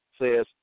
says